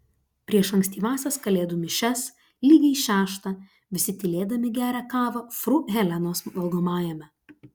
prieš ankstyvąsias kalėdų mišias lygiai šeštą visi tylėdami geria kavą fru helenos valgomajame